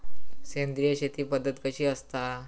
सेंद्रिय शेती पद्धत कशी असता?